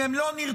אם הם לא נרטבים,